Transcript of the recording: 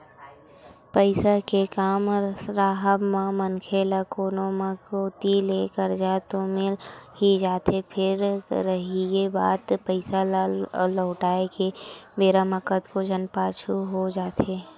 पइसा के काम राहब म मनखे ल कोनो न कोती ले करजा तो मिल ही जाथे फेर रहिगे बात पइसा ल लहुटाय के बेरा म कतको झन पाछू हो जाथे